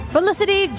Felicity